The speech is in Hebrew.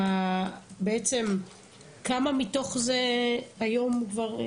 בעצם כמה מתוך זה היום כבר,